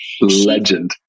Legend